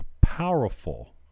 powerful